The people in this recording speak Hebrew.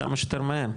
כמה שיותר מהר.